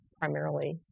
primarily